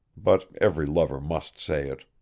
but every lover must say it